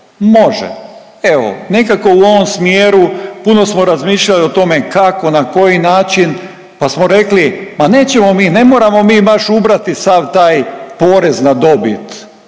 Može, evo nekako u ovom smjeru puno smo razmišljali o tome kako na koji način pa smo rekli pa nećemo mi, ne moramo mi baš ubrati sav taj porez na dobit.